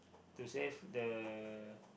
to save the